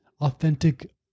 authentic